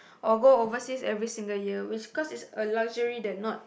or go overseas every single year which cause it's a luxury that not